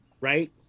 Right